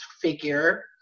figure